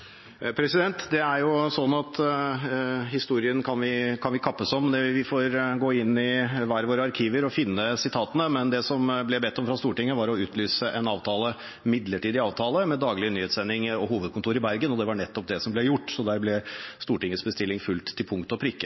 Det er sånn at historien kan vi kappes om, vi får gå inn i hver våre arkiver og finne sitatene. Men det som det ble bedt om fra Stortinget, var å utlyse en avtale, en midlertidig avtale, med daglige nyhetssendinger og hovedkontor i Bergen, og det var nettopp det som ble gjort, så der ble Stortingets bestilling fulgt til punkt og prikke.